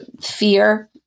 fear